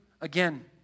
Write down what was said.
again